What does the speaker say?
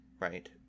Right